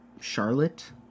Charlotte